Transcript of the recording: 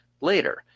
later